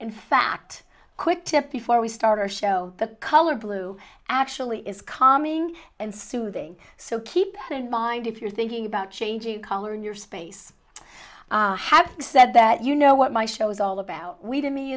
in fact a quick tip before we start our show the color blue actually is calming and soothing so keep in mind if you're thinking about changing color in your space i have said that you know what my show's all about we